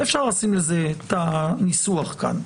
אז אפשר לשים לזה את הניסוח כאן.